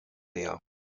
leer